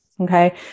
Okay